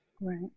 Right